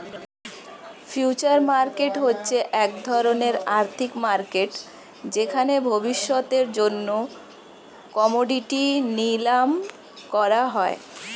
future market হচ্ছে এক ধরণের আর্থিক মার্কেট যেখানে ভবিষ্যতের জন্য কোমোডিটি নিলাম করা হয়